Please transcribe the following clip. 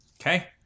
Okay